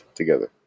together